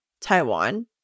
Taiwan